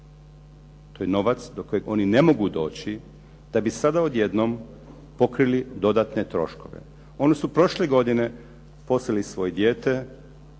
To je novac do kojeg oni ne mogu doći, da bi sada odjednom pokrili dodatne troškove. Oni su prošle godine poslali svoje dijete